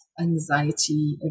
anxiety